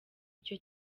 icyo